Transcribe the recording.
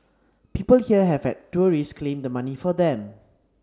people here have had tourists claim the money for them